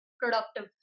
productive